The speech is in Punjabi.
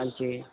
ਹਾਂਜੀ